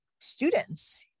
students